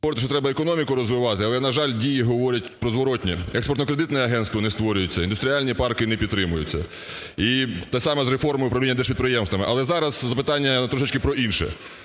говорите, що треба економіку розвивати, але, на жаль, дії говорять прозворотнє: експортно-кредитні агентства не створюються, індустріальні парки не підтримуються. І те саме з реформою управління держпідприємствами. Але зараз запитання трошечки про інше,